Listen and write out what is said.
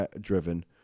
driven